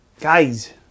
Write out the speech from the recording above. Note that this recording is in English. guys